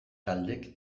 taldek